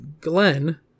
Glenn